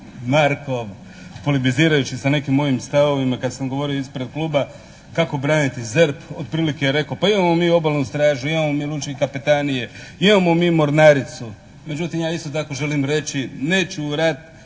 Markov politizirajući za nekim mojim stavovima kad sam govorio ispred kluba kako braniti ZERP od prilike je rekao, pa imamo mi obalnu stražu, imamo mi lučke kapetanije, imamo mi mornaricu. Međutim, ja isto tako želim reći, neću u